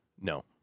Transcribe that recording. No